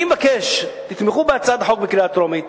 אני מבקש שתתמכו בהצעת החוק בקריאה טרומית.